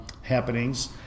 happenings